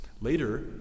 Later